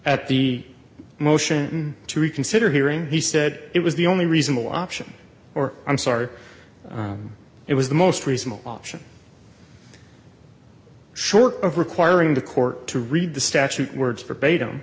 at the motion to reconsider hearing he said it was the only reasonable option or i'm sorry it was the most reasonable option short of requiring the court to read the statute words forbade him